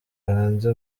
hanze